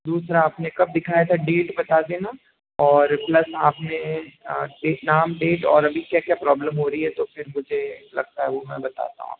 दूसरा आपने कब दिखाया था डेट बता देना और प्लस आपने एक नाम डेट और अभी क्या क्या प्रॉब्लम हो रही है तो फ़िर मुझे लगता है वो मैं बता पाऊं